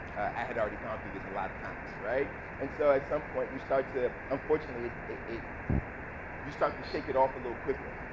i had already gone through this a lot of times, right? and so at some point you start to unfortunately it it you start to shake it off a little quicker,